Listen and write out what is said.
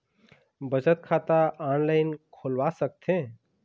बचत खाता ऑनलाइन खोलवा सकथें?